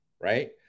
right